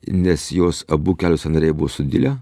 nes jos abu kelių sąnariai buvo sudilę